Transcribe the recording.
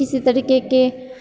इस तरीकेके